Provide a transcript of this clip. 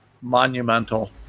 monumental